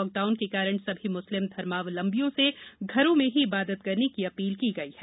लाक down के कारण सभी मुस्लिम धर्मावलंबियों से घरों में ही इबादत करने की अपील की गई है